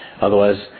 Otherwise